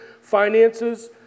finances